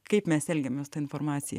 kaip mes elgiamės ta informacija